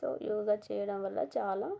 so yoga చేయడం వల్ల చాలా